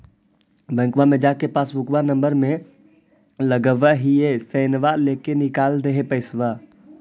बैंकवा मे जा के पासबुकवा नम्बर मे लगवहिऐ सैनवा लेके निकाल दे है पैसवा?